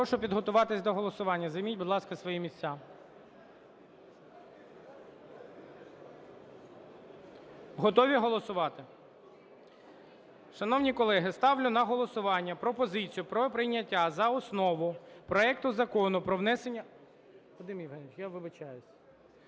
Прошу підготуватись до голосування. Займіть, будь ласка, свої місця. Готові голосувати? Шановні колеги, ставлю на голосування пропозицію про прийняття за основу проекту Закону про внесення змін до деяких законодавчих